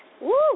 Woo